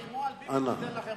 תאיימו על ביבי, הוא ייתן לכם הכול.